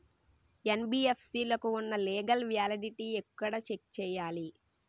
NBFC లకు ఉన్నా legal validity ఎక్కడ చెక్ చేయాలి?